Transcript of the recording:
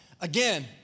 Again